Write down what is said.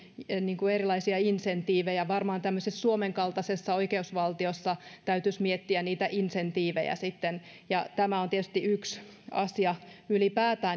erilaisia insentiivejä varmaan tämmöisessä suomen kaltaisessa oikeusvaltiossa täytyisi miettiä niitä insentiivejä tämä on tietysti ylipäätään yksi asia